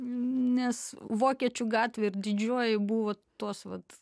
nes vokiečių gatvė ir didžioji buvo tos vat